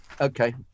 Okay